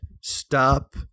stop